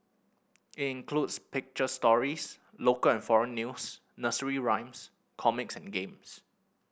it includes picture stories local and foreign news nursery rhymes comics and games